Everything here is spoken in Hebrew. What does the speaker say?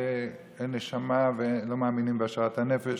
אין נשמה ולא מאמינים בהשארת הנפש,